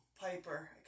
Piper